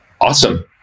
Awesome